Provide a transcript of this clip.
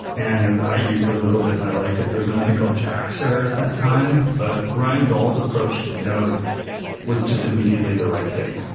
and i used it a little bit and i liked it. there was nothing called jaxer at that time. but ryan dahl's approach to node was just immediately the right thing.